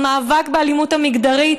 במאבק באלימות המגדרית,